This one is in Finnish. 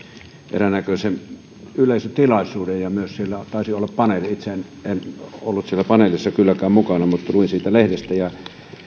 eräännäköisen yleisötilaisuuden ja siellä taisi olla myös paneeli itse en ollut siellä paneelissa kylläkään mukana mutta luin siitä lehdestä